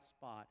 spot